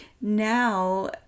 now